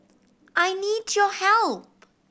I need your help